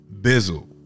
Bizzle